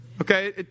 okay